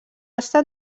estat